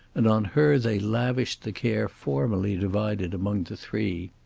and on her they lavished the care formerly divided among the three.